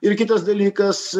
ir kitas dalykas